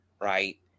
right